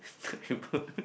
terrible